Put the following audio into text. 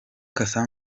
cassa